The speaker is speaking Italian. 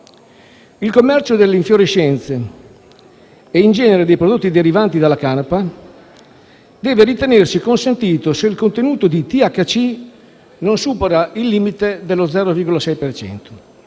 Il commercio delle infiorescenze (e in genere dei prodotti derivanti dalla canapa) deve ritenersi consentito se il contenuto di THC non supera il limite dello 0,6